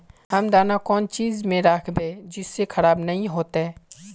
हम दाना कौन चीज में राखबे जिससे खराब नय होते?